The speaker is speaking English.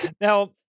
Now